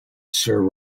sir